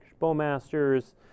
Bowmasters